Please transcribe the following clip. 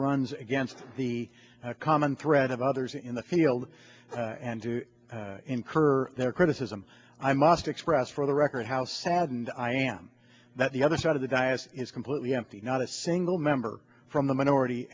runs against the common thread of others in the field and to incur their criticism i must express for the record how saddened i am that the other side of the diocese is completely empty not a single member from the minority